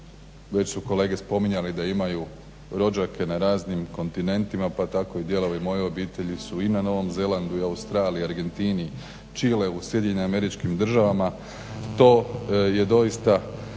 već su kolege spominjali da imaju rođake na raznim kontinentima pa tako i dijelovi moje obitelji su i na Novom Zelandu, Australiji, Argentini, Čileu, SAD-u, to je doista